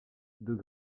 deux